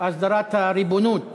הסדרת הריבונות